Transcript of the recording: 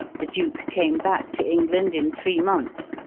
the duke came back to england in three months,